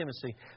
Timothy